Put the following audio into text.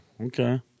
Okay